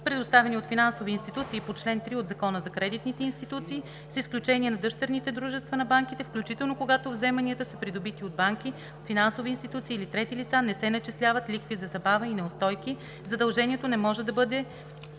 предоставени от финансови институции по чл. 3 от Закона за кредитните институции, с изключение на дъщерните дружества на банките, включително когато вземанията са придобити от банки, финансови институции или трети лица, не се начисляват лихви за забава и неустойки, задължението не може да бъде